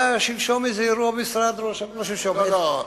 היה שלשום איזה אירוע במשרד ראש, לא, לא,